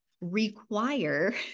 require